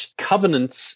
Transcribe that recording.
covenants